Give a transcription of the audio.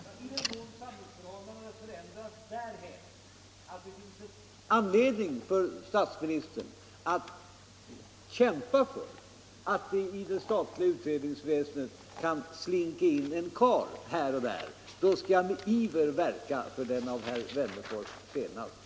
Herr talman! I den mån samhällsförhållandena förändras därhän att det finns anledning för statsministern att kämpa för att det i det statliga utredningsväsendet kan slinka in en karl här och där, skall jag med iver verka för den av herr Wennerfors senast berörda principen.